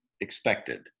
expected